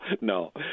no